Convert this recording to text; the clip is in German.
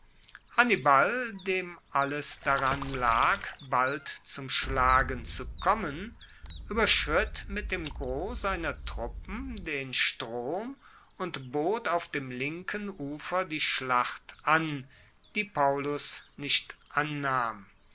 hannibal dem alles daran lag bald zum schlagen zu kommen ueberschritt mit dem gros seiner truppen den strom und bot auf dem linken ufer die schlacht an die paullus nicht annahm